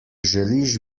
želiš